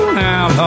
now